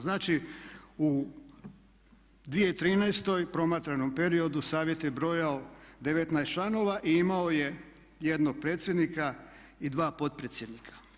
Znači u 2013. promatranom periodu Savjet je brojao 19 članova i imao je jednog predsjednika i dva potpredsjednika.